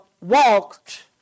walked